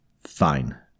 Fine